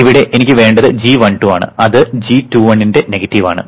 ഇവിടെ എനിക്ക് വേണ്ടത് g12 ആണ് അത് g21 ന്റെ നെഗറ്റീവ് ആണ്